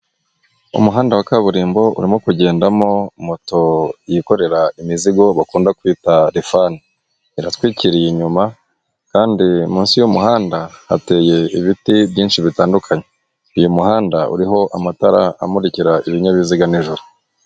Umuhanda wa kaburimbo urimo kugendamo moto yikorera imizigo bakunda kwita rifani, iratwikiriye. Inyuma kandi munsi y'umuhanda hateye ibiti byinshi bitandukanye, uyu muhanda uriho amatara amurikira ibinyabiziga nijoro.